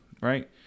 right